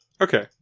okay